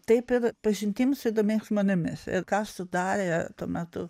taip ir pažintims įdomiais žmonėmis ir ką sudarė tuo metu